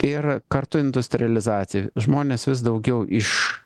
ir kartu industrializacija žmonės vis daugiau iš